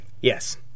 Yes